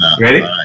Ready